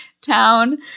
town